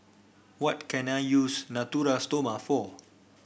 what can I use Natura Stoma for